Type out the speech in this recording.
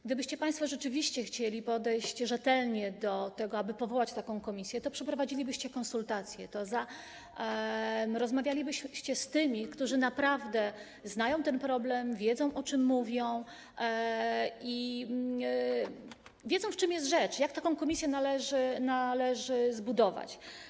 Gdybyście państwo rzeczywiście chcieli podejść rzetelnie do tego, aby powołać taką komisję, to przeprowadzilibyście konsultacje, to rozmawialibyście z tymi, którzy naprawdę znają ten problem, wiedzą, o czym mówią, i wiedzą, w czym jest rzecz, jak taką komisję należy zbudować.